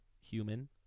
human